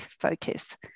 focus